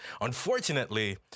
unfortunately